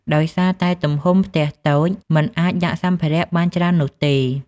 ដោយសារតែទំហំផ្ទះតូច មិនអាចដាក់សម្ភារៈបានច្រើននោះទេ។